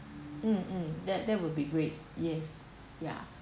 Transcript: um mm that that will be great yes ya